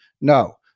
No